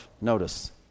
notice